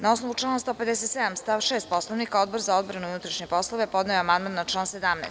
Na osnovu člana 157. stav 6. Poslovnika, Odbor za odbranu i unutrašnje poslove podneo je amandman na član 17.